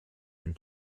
and